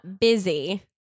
Busy